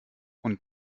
und